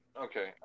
Okay